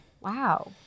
wow